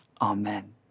Amen